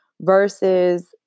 versus